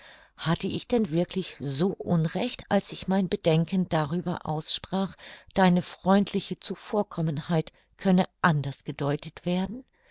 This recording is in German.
hatte ich denn wirklich so unrecht als ich mein bedenken darüber aussprach deine freundliche zuvorkommenheit könne anders gedeutet werden